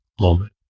moment